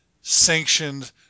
sanctioned